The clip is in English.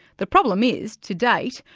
the problem is, to date,